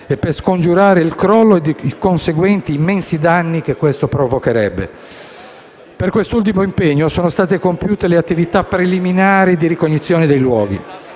per scongiurarne il crollo e i conseguenti immensi danni che questo provocherebbe. Per quest'ultimo impegno, sono state compiute le attività preliminari di ricognizione dei luoghi.